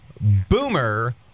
Boomer